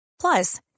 Plus